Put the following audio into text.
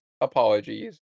apologies